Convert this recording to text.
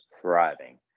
thriving